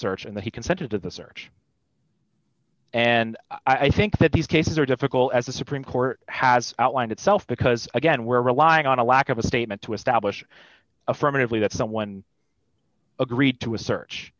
search and that he consented to the search and i think that these cases are difficult as the supreme court has outlined itself because again we're relying on a lack of a statement to establish affirmatively that someone agreed to a search